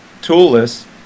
toolless